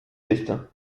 destin